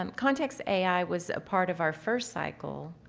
um context ai was a part of our first cycle,